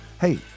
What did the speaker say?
hey